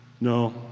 No